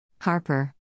Harper